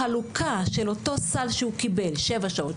החלוקה של אותו סל שהוא קיבל 7 שעות,